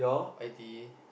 I_T_E